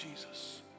Jesus